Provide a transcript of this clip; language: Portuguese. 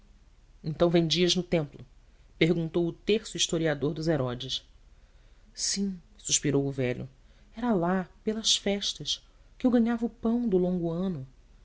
pobres então vendias no templo perguntou o terso historiador dos herodes sim suspirou o velho era lá pelas festas que eu ganhava o pão do longo ano